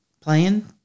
playing